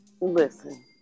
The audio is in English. Listen